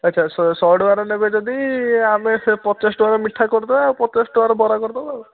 ଆଚ୍ଛା ଶହେ ଟଙ୍କାରେ ନେବେ ଯଦି ଆମେ ସେ ପଚାଶ ଟଙ୍କାର ମିଠା କରିଦେବା ପଚାଶ ଟଙ୍କାର ବରା କରିଦେବା